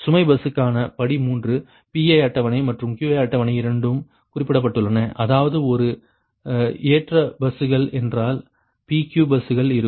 சுமை பஸ்க்கான படி 3 Pi அட்டவணை மற்றும் Qi அட்டவணை இரண்டும் குறிப்பிடப்பட்டுள்ளன அதாவது ஒரு ஏற்ற பஸ்கள் என்றால் P Q பஸ்கள் இருக்கும்